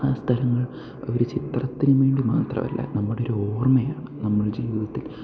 ആ സ്ഥലങ്ങൾ ഒരു ചിത്രത്തിനു വേണ്ടി മാത്രമല്ല നമ്മുടൊരു ഓർമ്മയാണ് നമ്മൾ ജീവിതത്തിൽ